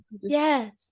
Yes